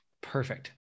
Perfect